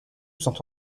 sont